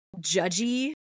judgy